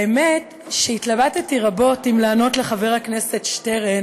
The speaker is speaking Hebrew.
האמת היא שהתלבטתי רבות אם לענות לחבר הכנסת שטרן